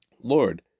Lord